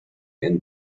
and